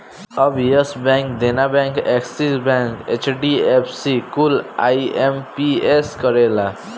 अब yes bank, Dena bank, Axis bank, HDFC कुल IMPS करेला